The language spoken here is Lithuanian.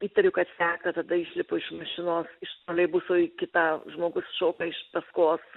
įtariu kad seka tada išlipu iš mašinos iš troleibuso į kitą žmogus šoka iš paskos